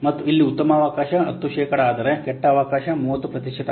ಮತ್ತು ಇಲ್ಲಿ ಉತ್ತಮ ಅವಕಾಶ 10 ಶೇಕಡಾ ಆದರೆ ಕೆಟ್ಟ ಅವಕಾಶ 30 ಪ್ರತಿಶತ